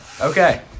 Okay